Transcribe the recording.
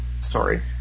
story